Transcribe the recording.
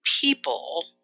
people